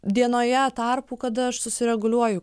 dienoje tarpų kada aš susireguliuoju